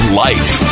life